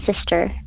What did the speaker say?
sister